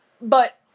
but-